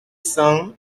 cents